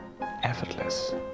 effortless